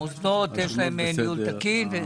למוסדות יש אישור ניהול תקין?